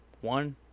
one